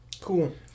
Cool